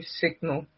signal